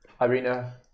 Irina